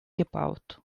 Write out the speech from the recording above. gebaut